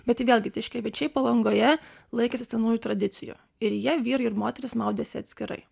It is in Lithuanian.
bet jie vėlgi tiškevičiai palangoje laikėsi senųjų tradicijų ir jie vyrai ir moterys maudėsi atskirai